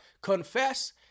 Confess